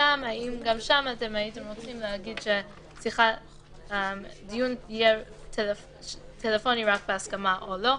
האם גם שם הייתם רוצים שהדיון יהיה טלפוני רק בהסכמה או לא.